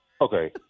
Okay